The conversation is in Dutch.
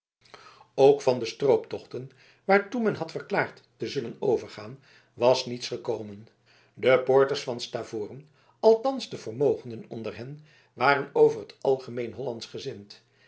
ook van de strooptochten waartoe men had verklaard te zullen overgaan was niets gekomen de poorters van stavoren althans de vermogenden onder hen waren over t algemeen